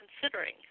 considering